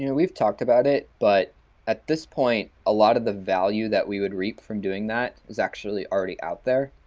you know we've talked about it, but at this point a lot of the value that we would reap from doing that actually is actually already out there.